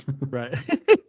Right